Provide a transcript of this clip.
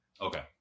Okay